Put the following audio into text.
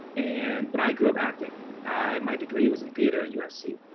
and but i grew up acting i my degree was in theater at usc.